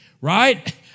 right